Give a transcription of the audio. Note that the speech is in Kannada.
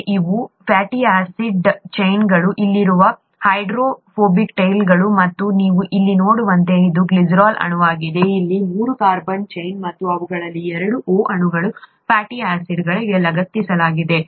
ಇವು ಫ್ಯಾಟಿ ಆಸಿಡ್ ಚೈನ್ಗಳು ಇಲ್ಲಿ ಇರುವ ಹೈಡ್ರೋಫೋಬಿಕ್ ಟೈಲ್ಗಳು ಮತ್ತು ನೀವು ಇಲ್ಲಿ ನೋಡುವಂತೆ ಇದು ಗ್ಲಿಸರಾಲ್ ಅಣುವಾಗಿದೆ ಇಲ್ಲಿ ಮೂರು ಕಾರ್ಬನ್ ಚೈನ್ ಮತ್ತು ಅವುಗಳಲ್ಲಿ ಎರಡು O ಅಣುಗಳು ಫ್ಯಾಟಿ ಆಸಿಡ್ಗೆ ಲಗತ್ತಿಸಲಾಗಿದೆ